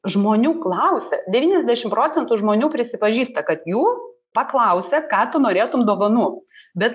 žmonių klausia devyniasdešim procentų žmonių prisipažįsta kad jų paklausia ką tu norėtum dovanų bet